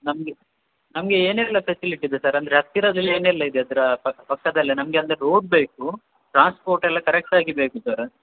ನಮಗೆ ನಮಗೆ ಏನೆಲ್ಲ ಫೆಸಿಲಿಟಿ ಇದೆ ಸರ್ ಅಂದರೆ ಹತ್ತಿರದಲ್ಲಿ ಏನೆಲ್ಲ ಇದೆ ಸರ್ ಪಕ್ಕ ಪಕ್ಕದಲ್ಲೆ ನಮಗೆ ಅಂದರೆ ರೋಡ್ ಬೇಕು ಟ್ರಾನ್ಸ್ಪೋರ್ಟ್ ಎಲ್ಲ ಕರೆಕ್ಟಾಗಿ ಬೇಕು ಸರ